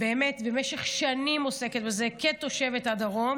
באמת, במשך שנים היא עוסקת בזה כתושבת הדרום,